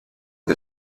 que